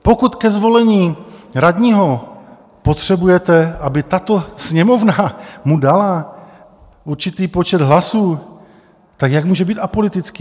Pokud ke zvolení radního potřebujete, aby tato Sněmovna mu dala určitý počet hlasů, tak jak může být apolitický?